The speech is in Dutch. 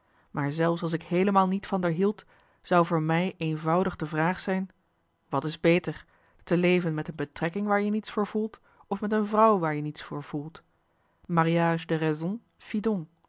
maar zelfs als ik heelemaal niet van d'er hield zou voor mij eenvoudig de vraag zijn wat is beter te leven met een betrekking waar je niets johan de meester de zonde in het deftige dorp voor voelt of met een vrouw waar je niets voor voelt mariage de raison fi